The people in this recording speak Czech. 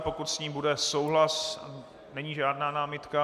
Pokud s ní bude souhlas není žádná námitka?